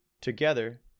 Together